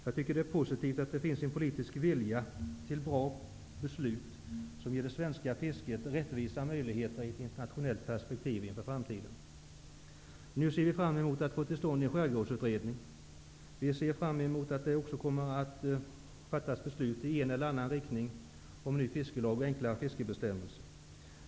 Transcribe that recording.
Jag tycker att det är positivt att det finns en politisk vilja till bra beslut som ger det svenska fisket rättvisa möjligheter i ett internationellt perspektiv inför framtiden. Nu ser vi fram emot att få till stånd en skärgårdsutredning. Vi ser fram emot att det fattas beslut i en eller annan riktning om ny fiskelag och enklare fiskebestämmelser.